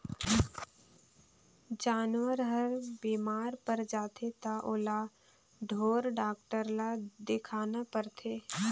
जानवर हर बेमार पर जाथे त ओला ढोर डॉक्टर ल देखाना परथे